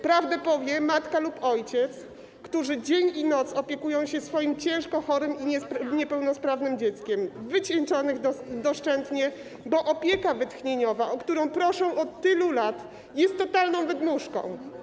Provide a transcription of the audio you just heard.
Prawdę powie matka lub ojciec, którzy dzień i noc opiekują się swoim ciężko chorym i niepełnosprawnym dzieckiem, wycieńczeni doszczętnie, bo opieka wytchnieniowa, o którą proszą od tylu lat, jest totalną wydmuszką.